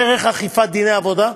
דרך אכיפת דיני עבודה,